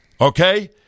Okay